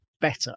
better